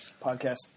podcast